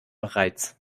bereits